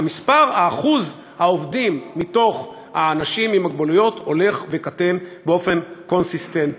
אחוז העובדים מכלל האנשים עם מוגבלות הולך וקטן באופן קונסיסטנטי.